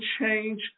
change